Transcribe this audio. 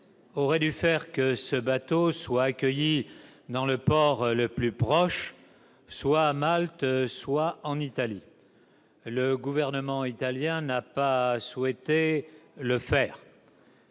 auraient dû permettre à ce bateau d'être accueilli dans le port le plus proche, soit à Malte, soit en Italie. Le gouvernement italien n'a pas souhaité le faire.